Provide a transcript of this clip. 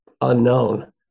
unknown